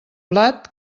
blat